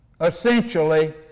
essentially